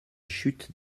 chute